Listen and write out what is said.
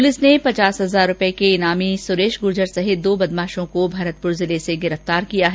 police ने पचास हजार रूपए के इनामी सुरेश गुर्जर सहित दो बदमाशों को भरतपुर जिले में गिरफ़्तार किया है